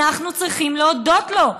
אנחנו צריכים להודות לו,